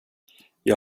jag